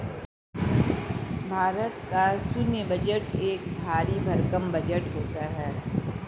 भारत का सैन्य बजट एक भरी भरकम बजट होता है